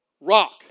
Rock